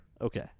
Okay